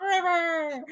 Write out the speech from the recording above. forever